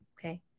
Okay